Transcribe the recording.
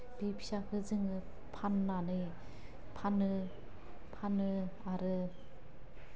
बे फिसाखौ जोङो फान्नानै फानो फानो आरो